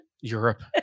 europe